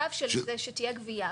על המצב של זה שתהיה גבייה.